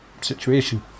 situation